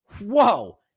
whoa